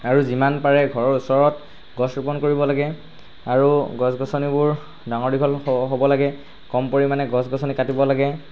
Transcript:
আৰু যিমান পাৰে ঘৰৰ ওচৰত গছ ৰোপণ কৰিব লাগে আৰু গছ গছনিবোৰ ডাঙৰ দীঘল হ'ব লাগে কম পৰিমাণে গছ গছনি কাটিব লাগে